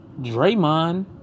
Draymond